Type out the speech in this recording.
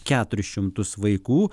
keturis šimtus vaikų